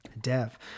Dev